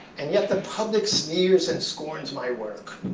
and yet, the public's sneers and scorns my work.